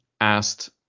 asked